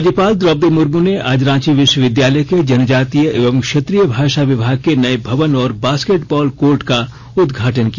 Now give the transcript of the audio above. राज्यपाल द्रौपदी मुर्म् ने आज रांची विष्वविद्यालय के जनजातीय एवं क्षेत्रीय भाषा विभाग के नये भवन और बॉस्केट बॉल कोर्ट का उदघाटन किया